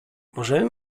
możemy